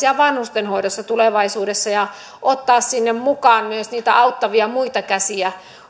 ja vanhustenhoidossa tulevaisuudessa ja ottaa sinne mukaan myös niitä auttavia muita käsiä